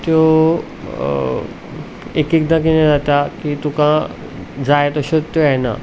त्यो एक एकदां कितें जाता की तुका जाय तश्योच त्यो येना